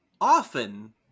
often